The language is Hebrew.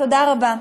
תודה רבה.